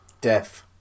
Death